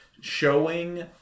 showing